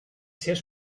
seus